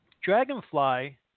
Dragonfly